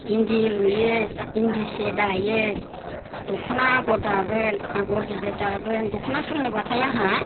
इन्दि लुयो इन्दि सि दायो दख'ना आगर दागोन आगर गिदिर दागोन दख'ना सोङोबाथाय आंहा